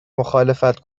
مخالفت